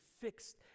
fixed